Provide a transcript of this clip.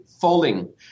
falling